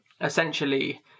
essentially